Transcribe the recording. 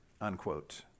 unquote